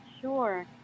sure